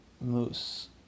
Moose